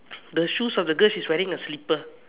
the shoes of the girl she's wearing a slipper